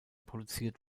produziert